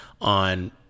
on